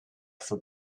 for